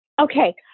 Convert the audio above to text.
Okay